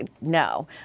no